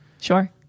Sure